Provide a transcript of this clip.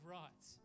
rights